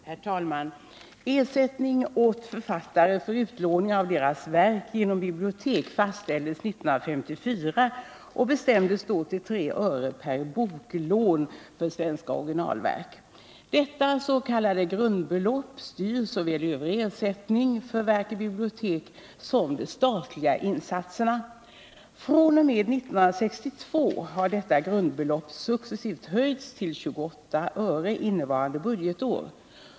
Herr talman! Ersättningen åt författare för utlåning av deras verk genom bibliotek fastställdes 1954 och bestämdes då till 3 öre per boklån för svenska originalverk. Detta s.k. grundbelopp styr såväl övrig ersättning för verk i bibliotek som de statliga insatserna. fr.o.m. 1962 har detta grundbelopp successivt höjts till 28 öre innevarande budgetår.